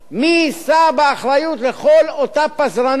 מי יישא באחריות לכל אותה פזרנות,